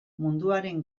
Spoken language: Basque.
munduaren